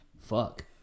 fuck